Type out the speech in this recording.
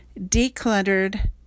decluttered